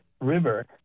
River